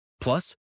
Plus